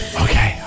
Okay